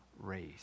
race